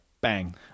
bang